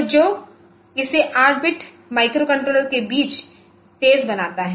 तो जो इसे 8 बिट माइक्रोकंट्रोलर के बीच तेज बनाता है